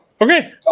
Okay